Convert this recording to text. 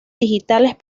digitales